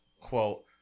quote